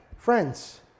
Friends